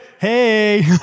hey